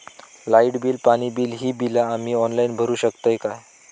Light bill, पाणी bill, ही बिला आम्ही ऑनलाइन भरू शकतय का?